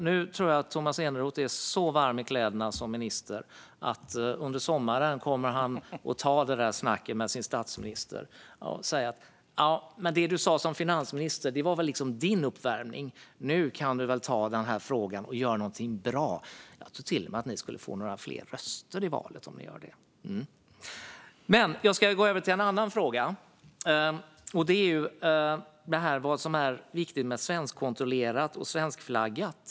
Nu tror jag dock att Tomas Eneroth är så varm i kläderna som minister att han under sommaren kommer att ta det snacket med sin statsminister och säga: "Det du sa som finansminister var väl din uppvärmning; nu kan du väl ta den här frågan och göra någonting bra." Jag tror till och med att Socialdemokraterna skulle få några fler röster i valet om de gjorde det. Jag ska gå över till en annan fråga, nämligen vad som är viktigt med svenskkontrollerat och svenskflaggat.